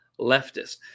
leftists